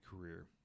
career